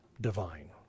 divine